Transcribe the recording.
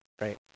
right